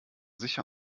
sicher